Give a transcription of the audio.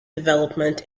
development